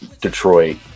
detroit